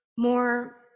more